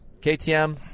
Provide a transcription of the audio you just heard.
KTM